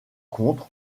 contre